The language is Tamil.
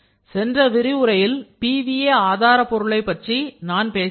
சென்ற விரிவுரையில் PVA ஆதாரபொருளைப் பற்றி நான் பேசினேன்